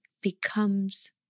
becomes